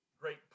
great